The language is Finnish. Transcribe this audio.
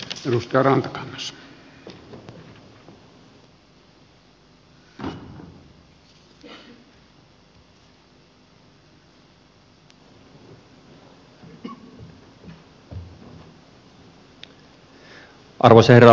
arvoisa herra puhemies